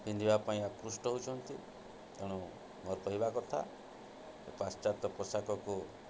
ପିନ୍ଧିବା ପାଇଁ ଆକୃଷ୍ଟ ହେଉଛନ୍ତି ତେଣୁ ମର୍ କହିବା କଥା ପାଶ୍ଚାତ୍ୟ ପୋଷାକକୁ